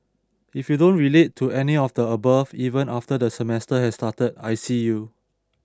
if you don't relate to any of the above even after the semester has started I see you